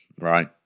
right